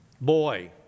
boy